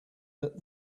that